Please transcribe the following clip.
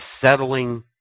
settling